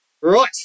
Right